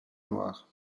noirs